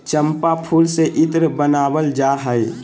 चम्पा फूल से इत्र बनावल जा हइ